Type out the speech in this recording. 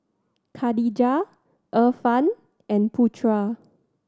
Khadija Irfan and Putra